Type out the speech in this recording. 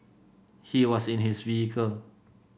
he was in his vehicle